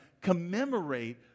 commemorate